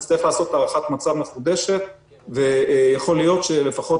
נצטרך לעשות הערכת מצב מחודשת ויכול להיות שלפחות